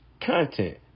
content